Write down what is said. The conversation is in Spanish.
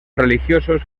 religiosos